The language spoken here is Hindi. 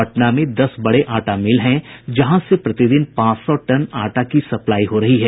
पटना में दस बड़े आटा मिल हैं जहां से प्रतिदिन पांच सौ टन आटा की सप्लाई हो रही है